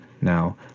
now